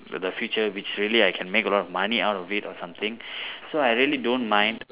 the future which really I can make a lot of money out of it or something so I really don't mind